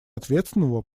ответственного